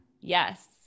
Yes